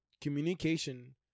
communication